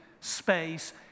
space